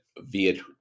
via